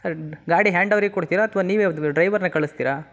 sir ಡ್ ಗಾಡಿ hand ಓವರಿಗೆ ಕೊಡ್ತೀರಾ ಅಥವಾ ನೀವೇ ದ್ ಡ್ರೈವರ್ನ ಕಳಿಸ್ತೀರಾ